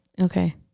Okay